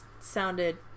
sounded